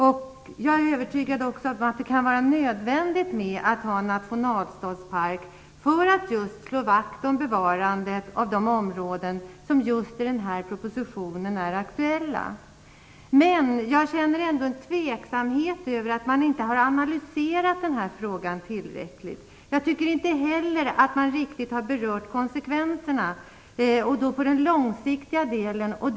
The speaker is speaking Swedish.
Jag är också övertygad om att det kan vara nödvändigt att ha en nationalstadspark för att slå vakt om bevarandet av de områden som är aktuella i den här propositionen. Men jag känner mig tveksam till att man inte har analyserat den här frågan tillräckligt. Jag tycker inte heller att man riktigt har berört de långsiktiga konsekvenserna.